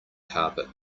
carpet